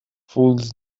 fools